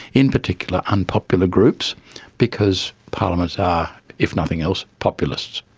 in particular unpopular groups because parliaments are, if nothing else, populists.